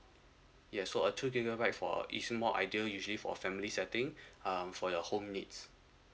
yes so a two gigabyte for is more ideal usually for family setting um for your home needs